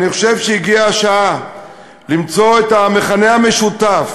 אני חושב שהגיעה השעה למצוא את המכנה המשותף,